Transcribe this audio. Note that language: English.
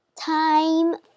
time